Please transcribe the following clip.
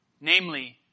Namely